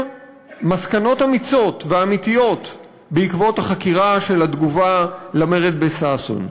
מסקנות אמיצות ואמיתיות בעקבות החקירה של התגובה למרד בסאסון.